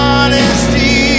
Honesty